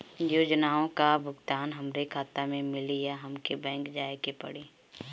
योजनाओ का भुगतान हमरे खाता में मिली या हमके बैंक जाये के पड़ी?